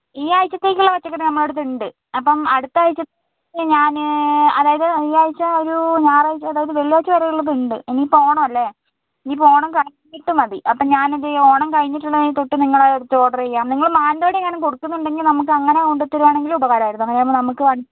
ഈ ആഴ്ചത്തേക്കുള്ള പച്ചക്കറി നമ്മടടുത്ത് ഉണ്ട് അപ്പം അടുത്ത ആഴ്ചത്തേക്ക് ഞാൻ അതായത് ഈ ആഴ്ച ഒരു ഞാറാഴ്ച അതായത് വെള്ളിയാഴ്ച വരെ ഉള്ളത് ഉണ്ട് ഇനിയിപ്പോൾ ഓണമല്ലേ ഇനിയിപ്പോൾ ഓണം കഴിഞ്ഞിട്ട് മതി അപ്പോൾ ഞാനിത് ഓണം കഴിഞ്ഞിട്ടുള്ള തൊട്ട് നിങ്ങളടുത്ത് ഓർഡർ ചെയ്യാം നിങ്ങൾ മാനന്തവാടി എങ്ങാനും കൊടുക്കുന്നുണ്ടെങ്കിൽ നമുക്ക് അങ്ങനെ കൊണ്ടത്തരാണെങ്കിൽ ഉപകാരമായിരുന്നു അങ്ങനെയാവുമ്പോൾ നമുക്ക്